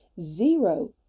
zero